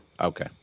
okay